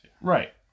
Right